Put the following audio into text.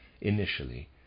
initially